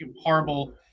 horrible